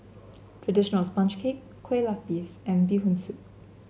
traditional sponge cake Kueh Lupis and Bee Hoon Soup